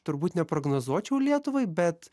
turbūt neprognozuočiau lietuvai bet